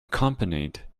accompanied